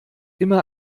immer